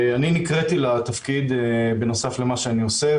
אני נקראתי לתפקיד בנוסף למה שאני עושה,